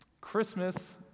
Christmas